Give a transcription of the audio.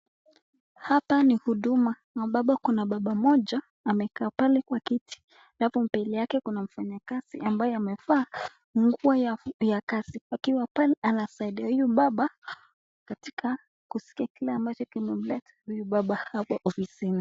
Hapa ni Huduma ambapo kuna baba mmoja amekaa pale kwa kiti halafu mbele yake kuna mfanyikazi ambaye amevaa nguo ya fupi ya kazi akiwa pale anasaidia huyu baba katika kusikia kile ambacho kimemeleta huyu baba hapo ofisisni.